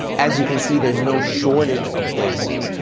as you can see there's no shortage of places.